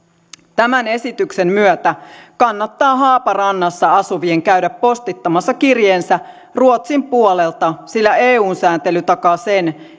tämän esityksen myötä kannattaa haaparannassa asuvien käydä postittamassa kirjeensä ruotsin puolelta sillä eun sääntely takaa sen